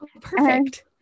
Perfect